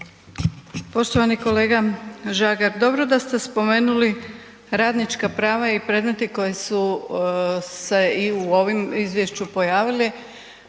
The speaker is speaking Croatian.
Poštovani kolega Žagar, dobro da ste spomenuli radnička prava i predmeti koji su se i u ovim izvješću pojavili,